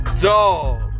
Dog